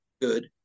Good